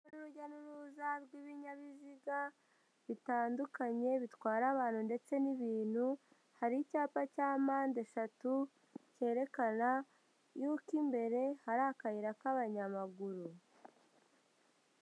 Urujya n'uruza rw'ibinyabiziga bitandukanye bitwara abantu ndetse n'ibintu, hari icyapa cya mpande eshatu cyerekana yuko imbere hari akayira k'abanyamaguru.